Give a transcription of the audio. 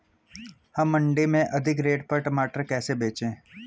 हम मंडी में अधिक रेट पर टमाटर कैसे बेचें?